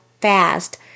fast